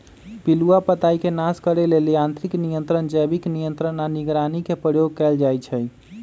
पिलुआ पताईके नाश करे लेल यांत्रिक नियंत्रण, जैविक नियंत्रण आऽ निगरानी के प्रयोग कएल जाइ छइ